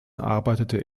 arbeitete